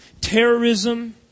terrorism